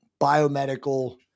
biomedical